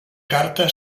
carta